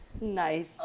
Nice